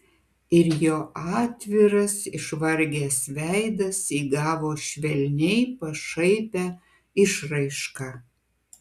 ir jo atviras išvargęs veidas įgavo švelniai pašaipią išraišką